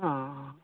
অ